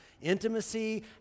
intimacy